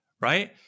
right